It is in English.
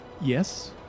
Yes